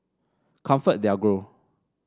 ComfortDelGro